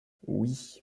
oui